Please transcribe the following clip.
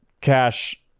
cash